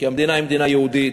כי המדינה היא מדינה יהודית,